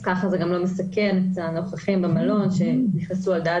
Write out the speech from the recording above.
כך זה גם לא מסכן את הנוכחים במלון שנכנסו על דעת